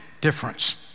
difference